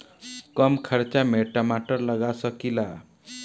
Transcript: कम खर्च में टमाटर लगा सकीला?